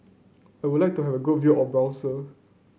I would like to have a good view of